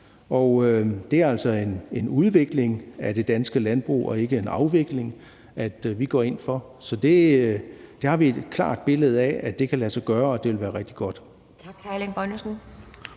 Det er altså en udvikling af det danske landbrug og ikke en afvikling, som vi går ind for. Så vi har et klart billede af, at det kan lade sig gøre, og at det ville være rigtig godt.